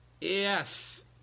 Yes